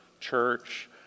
church